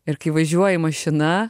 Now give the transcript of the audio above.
ir kai važiuoji mašina